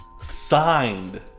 signed